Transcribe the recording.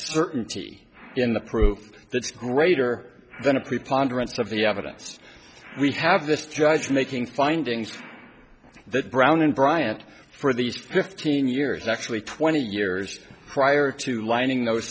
certainty in the proof that's greater than a preponderance of the evidence we have this judge making findings that brown in bryant for these fifteen years actually twenty years prior to lining those